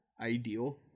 ideal